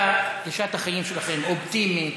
גישת החיים שלכם אופטימית,